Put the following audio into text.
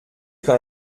quand